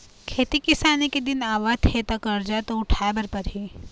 खेती किसानी के दिन आवत हे त करजा तो उठाए बर परही